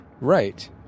Right